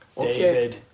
David